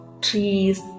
trees